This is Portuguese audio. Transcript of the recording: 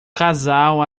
casal